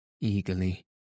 Eagerly